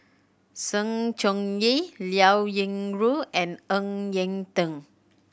Sng Choon Yee Liao Yingru and Ng Eng Teng